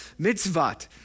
Mitzvot